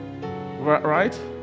Right